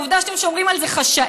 העובדה שאתם שומרים על זה חשאי,